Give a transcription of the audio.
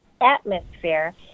atmosphere